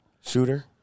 Shooter